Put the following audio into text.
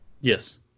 Yes